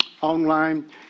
online